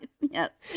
Yes